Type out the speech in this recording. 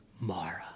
Mara